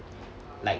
like